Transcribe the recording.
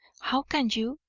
how can you?